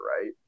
right